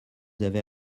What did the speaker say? avez